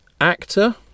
actor